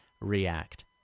react